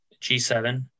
G7